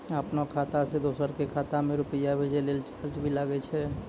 आपनों खाता सें दोसरो के खाता मे रुपैया भेजै लेल चार्ज भी लागै छै?